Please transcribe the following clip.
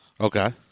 Okay